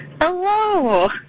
Hello